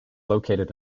located